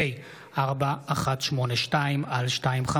פ/4182/25: